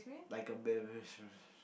like a bitch